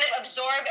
absorb